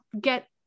get